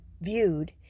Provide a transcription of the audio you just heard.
viewed